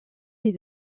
des